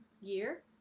year